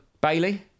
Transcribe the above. Bailey